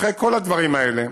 אחרי כל הדברים האלה,